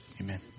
Amen